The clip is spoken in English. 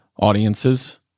audiences